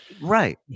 Right